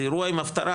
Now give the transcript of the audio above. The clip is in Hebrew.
זה אירוע עם הפטרה,